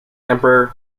emperor